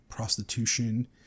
prostitution